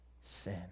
sin